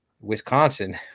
Wisconsin